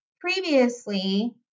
previously